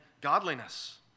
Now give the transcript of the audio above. godliness